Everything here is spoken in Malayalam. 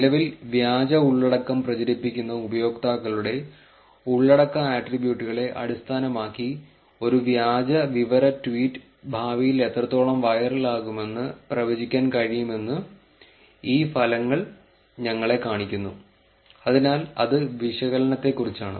നിലവിൽ വ്യാജ ഉള്ളടക്കം പ്രചരിപ്പിക്കുന്ന ഉപയോക്താക്കളുടെ ഉള്ളടക്ക ആട്രിബ്യൂട്ടുകളെ അടിസ്ഥാനമാക്കി ഒരു വ്യാജ വിവര ട്വീറ്റ് ഭാവിയിൽ എത്രത്തോളം വൈറലാകുമെന്ന് പ്രവചിക്കാൻ കഴിയുമെന്ന് ഈ ഫലങ്ങൾ ഞങ്ങളെ കാണിക്കുന്നു അതിനാൽ അത് വിശകലനത്തെക്കുറിച്ചാണ്